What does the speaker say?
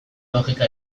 logika